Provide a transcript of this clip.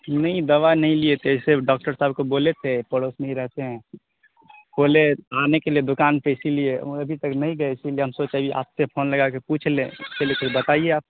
نہیں دوا نہیں لیے تھے اس سے ڈاکٹر صاحب کو بولے تھے پڑوس میں ہی رہتے ہیں بولے آنے کے لیے دوکان پہ اسی لیے ابھی تک نہیں گئے اسی لیے ہم سوچا کہ آپ سے فون لگا کے پوچھ لیں اسی لیے پھر بتائیے آپ